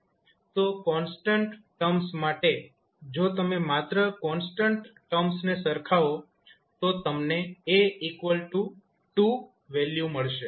તો constant terms માટે જો તમે માત્ર કોન્સ્ટન્ટ ટર્મ્સને સરખાવો તો તમને A 2 વેલ્યુ મળશે